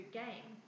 game